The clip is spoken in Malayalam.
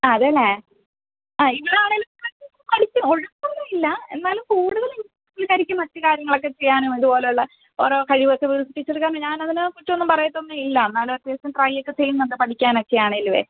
അതെ അല്ലേ ആ ഇവളാണേല് പഠിക്കും ഉഴപ്പൊന്നും ഇല്ല എന്നാലും കൂടുതലും പുള്ളിക്കാരിക്കീ മറ്റു കാര്യങ്ങളൊക്കെ ചെയ്യാനും അതുപോലെയുള്ള ഓരോ കഴിവൊക്കെ വികസിപ്പിച്ചെടുക്കാൻ ഞാനതിനേക്കുറിച്ചൊന്നും പറയത്തൊന്നുമില്ല എന്നാലും അത്യാവശ്യം ട്രൈയൊക്കെ ചെയ്യുന്നുണ്ട് പഠിക്കാനൊക്കെയാണേലുവേ